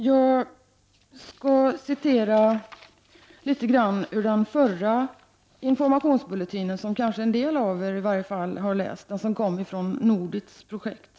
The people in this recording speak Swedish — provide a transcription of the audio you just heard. Jag skall läsa litet ur den förra Informationsbulletinen som en del av er kanske har läst. Den kom ju från NORDITSs projekt.